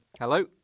Hello